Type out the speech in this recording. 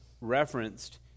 referenced